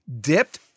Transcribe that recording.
dipped